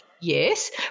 yes